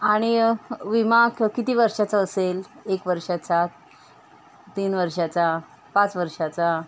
आणि विमा क किती वर्षाचा असेल एक वर्षाचा तीन वर्षांचा पाच वर्षांचा